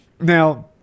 Now